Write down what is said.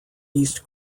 east